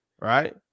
right